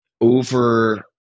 over